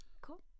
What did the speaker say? cool